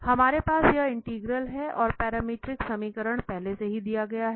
हमारे पास यह इंटीग्रल है और पैरामीट्रिक समीकरण पहले से ही दिए गए हैं